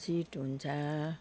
seat हुन्छ